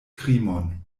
krimon